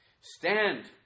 Stand